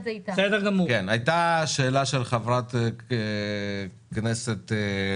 הייתה שאלה בנוגע להתייחסות לחברה הערבית במשבר